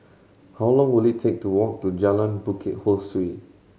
how long will it take to walk to Jalan Bukit Ho Swee